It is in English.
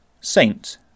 Saint